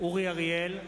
אורי אריאל,